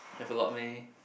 have a lot meh